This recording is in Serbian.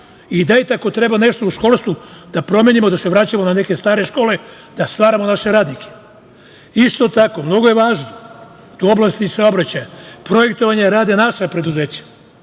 i dajte ako treba nešto u školstvu da promenimo, da se vraćamo na neke stare škole, da stvaramo naše radnike. Isto tako, mnogo je važno u oblasti saobraćaja da projektovanje rade naša preduzeća.